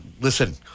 listen